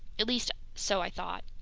at least so i thought.